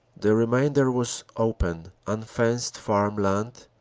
the remainder was open, unfenced farm land,